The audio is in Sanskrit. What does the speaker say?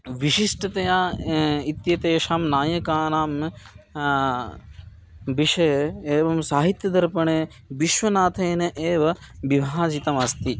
विशिष्टतया इत्यतेषां नायकानां विषये एवं साहित्यदर्पणे विश्वनाथेन एव बिहाजितमस्ति